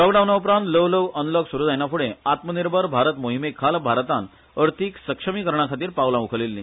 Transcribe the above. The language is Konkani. लाकडावनाउप्रांत ल्हवल्हव अनलोक स्रू जायनाफ्डे आत्मनिर्भर भारत मोहीमेखाल भारतान अर्थिक सक्षमीकरणाखातीर पावला उखलल्ली